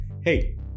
hey